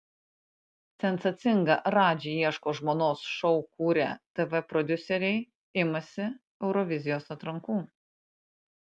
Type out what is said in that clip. sensacingą radži ieško žmonos šou kūrę tv prodiuseriai imasi eurovizijos atrankų